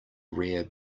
rare